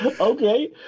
okay